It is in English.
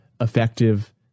effective